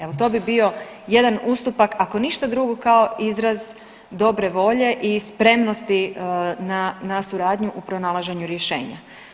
Evo to bi bio jedan ustupak ako ništa drugo kao izraz dobre volje i spremnosti na, na suradnju u pronalaženju rješenja.